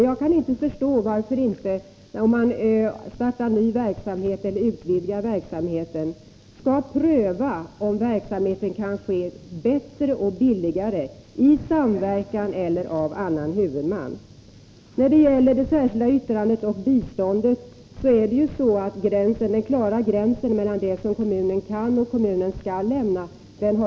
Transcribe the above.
Jag kan inte förstå varför man inte, när man startar ny verksamhet eller utvidgar en verksamhet, skall kunna pröva om verksamheten kan ske bättre och billigare i samverkan med eller av annan huvudman. När det gäller det särskilda yttrandet om bistånd så har den klara gränsen mellan den hjälp som kommunen kan lämna och som kommunen skall lämna suddats ut.